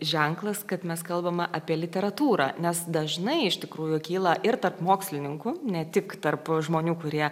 ženklas kad mes kalbame apie literatūrą nes dažnai iš tikrųjų kyla ir tarp mokslininkų ne tik tarp žmonių kurie